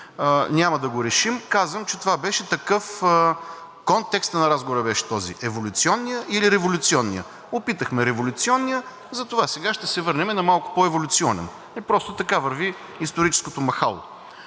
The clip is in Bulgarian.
няма да го решим. Казвам, че контекстът на разговора беше този – еволюционният или революционният. Опитахме революционния, затова сега ще се върнем на малко по-еволюционен. Просто така върви историческото махало.